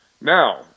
Now